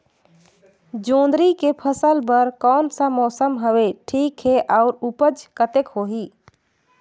जोंदरी के फसल बर कोन सा मौसम हवे ठीक हे अउर ऊपज कतेक होही?